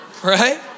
right